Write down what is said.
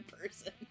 person